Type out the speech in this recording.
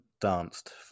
danced